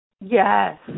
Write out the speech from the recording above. Yes